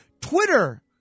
Twitter